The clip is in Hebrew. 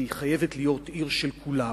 והיא חייבת להיות עיר של כולם,